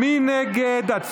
מי נגד?